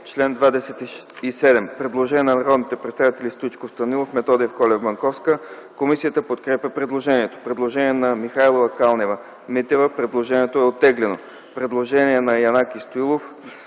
чл. 9 има предложение на народните представители Стоичков, Станилов, Методиев, Колев, Банковска. Комисията подкрепя предложението. Предложение на Михайлова и Калнева-Митева. Предложението е оттеглено. Предложение на Валентина